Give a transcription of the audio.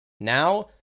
Now